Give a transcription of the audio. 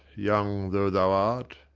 young though thou art,